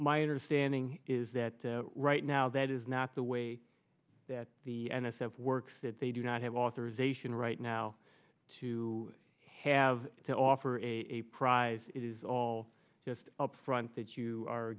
my understanding is that right now that is not the way that the n s f works that they do not have authorization right now to have to offer a prize it is all just upfront that you are